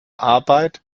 arbeit